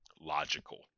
logical